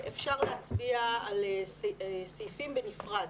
אפשר להצביע על סעיפים בנפרד,